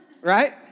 right